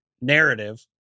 narrative